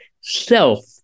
self